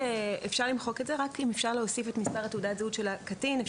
אפשר למחוק את זה רק אם אפשר להוסיף את מספר תעודת הזהות של הקטין.